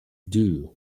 due